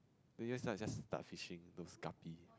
do you like just start fishing those guppy